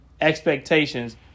expectations